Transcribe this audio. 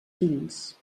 fills